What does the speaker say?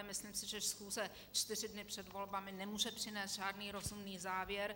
Myslím si, že schůze čtyři dny před volbami nemůže přinést žádný rozumný závěr.